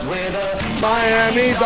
Miami